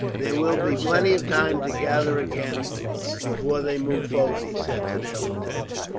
there will be plenty of time to gather again before they move forward, he said to their lieutenants.